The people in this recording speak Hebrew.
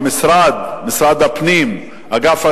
שאגף הרישוי במשרד הפנים דרש.